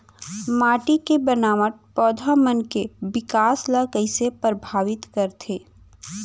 माटी के बनावट पौधा मन के बिकास ला कईसे परभावित करथे